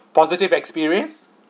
positive experience